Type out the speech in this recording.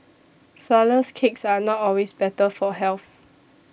Flourless Cakes are not always better for health